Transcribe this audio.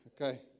Okay